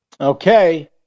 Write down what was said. Okay